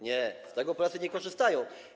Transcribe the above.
Nie, z tego Polacy nie korzystają.